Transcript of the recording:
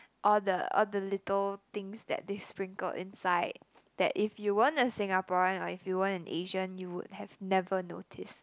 all the all the little things that they sprinkled inside that if you weren't a Singaporean or if you weren't an Asian you would have never noticed